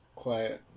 quiet